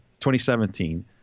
2017